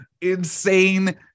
insane